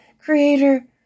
creator